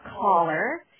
caller